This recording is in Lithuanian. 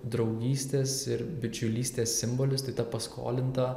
draugystės ir bičiulystės simbolis tai ta paskolinta